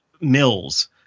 mills